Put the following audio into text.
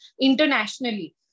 internationally